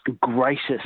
greatest